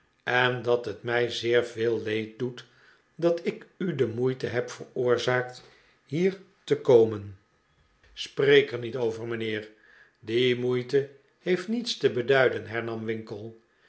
en dat het mij zeer veel leed doet dat ik u de moeite heb veroorzaakt hier te komen spreek er niet over mijnheer die moeite heeft niets te beduiden hernam winkle